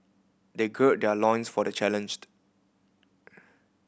they gird their loins for the challenged